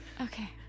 Okay